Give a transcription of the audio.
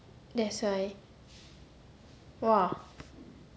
that's why !wah!